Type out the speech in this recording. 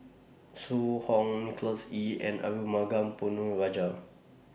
Zhu Hong Nicholas Ee and Arumugam Ponnu Rajah